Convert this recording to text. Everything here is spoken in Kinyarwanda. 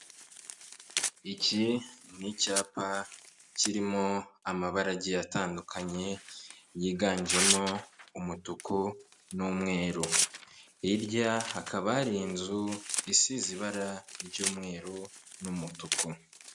Iki ni icyapa kirimo amabara agiye atandukanye, yiganjemo umutuku n'umweru. Hirya hakaba hari inzu isize ibara ry'umweru n'umutuku.